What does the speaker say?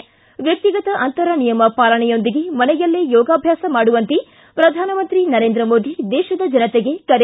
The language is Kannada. ್ಲಿ ವ್ಯಕ್ತಿಗತ ಅಂತರ ನಿಯಮ ಪಾಲನೆಯೊಂದಿಗೆ ಮನೆಯಲ್ಲೇ ಯೋಗಾಭ್ಯಾಸ ಮಾಡುವಂತೆ ಪ್ರಧಾನಮಂತ್ರಿ ನರೇಂದ್ರ ಮೊದಿ ದೇಶದ ಜನತೆಗೆ ಕರೆ